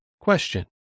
Question